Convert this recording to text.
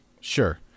Sure